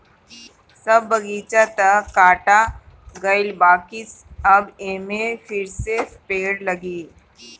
सब बगीचा तअ काटा गईल बाकि अब एमे फिरसे पेड़ लागी